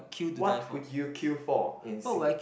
what would you queue for in SingA~